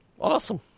Awesome